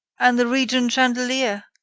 and the regent chandelier.